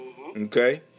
Okay